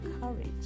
courage